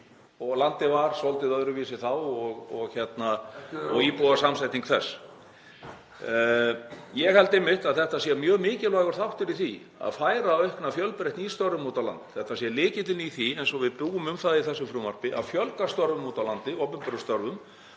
og landið var svolítið öðruvísi þá og íbúasamsetning þess. (Gripið fram í.) Ég held einmitt að þetta sé mjög mikilvægur þáttur í því að auka fjölbreytni í störfum úti á landi. Þetta sé lykillinn að því, eins og við búum um það í þessu frumvarpi, að fjölga störfum úti á landi, opinberum störfum.